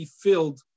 filled